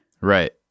Right